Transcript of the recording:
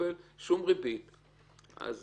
ריבית פיגורים, הוא בחיים לא יצליח להחזיר.